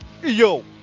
Yo